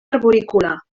arborícola